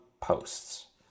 posts